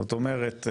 זאת אומרת,